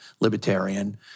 libertarian